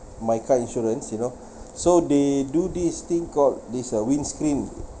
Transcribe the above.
my car insurance you know so they do this thing called this uh windscreen